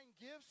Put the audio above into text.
gifts